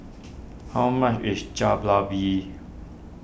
how much is